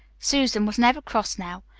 susan was never cross now,